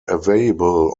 available